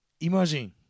Imagine